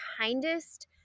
kindest